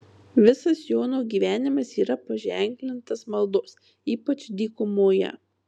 visas jono gyvenimas yra paženklintas maldos ypač dykumoje